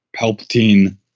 Palpatine